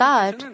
God